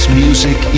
music